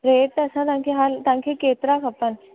rate असां तव्हांखे हाल तव्हांखे केतिरा खपनि